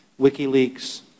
WikiLeaks